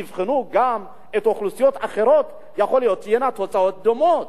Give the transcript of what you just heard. שאם יבחנו גם אוכלוסיות אחרות תהיינה תוצאות דומות.